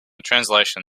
translation